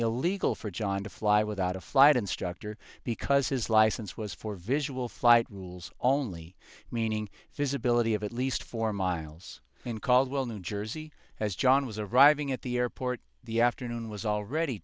illegal for john to fly without a flight instructor because his license was for visual flight rules only meaning visibility of at least four miles in caldwell new jersey as john was arriving at the airport the afternoon was already